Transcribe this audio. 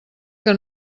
que